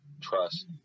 trust